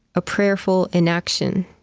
a prayerful enaction.